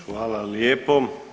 Hvala lijepo.